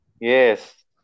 yes